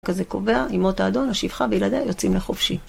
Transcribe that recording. כזה קובע, אמות האדון, השפחה, וילדיה יוצאים לחופשי.